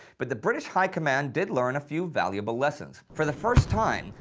but the british high command did learn a few valuable lessons. for the first time,